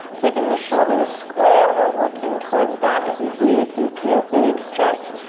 keeping the shoulder square or working towards that as you breathe deep here. big stretch.